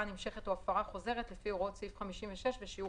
נמשכת או הפרה חוזרת לפי הוראות סעיף 56 ושיעור